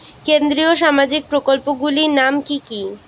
কেন্দ্রীয় সামাজিক প্রকল্পগুলি নাম কি কি?